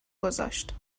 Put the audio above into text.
گذاشت